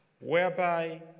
whereby